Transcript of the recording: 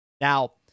Now